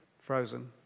frozen